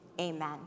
Amen